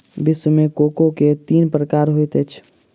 विश्व मे कोको के तीन प्रकार होइत अछि